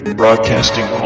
broadcasting